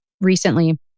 recently